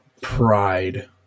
pride